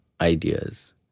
ideas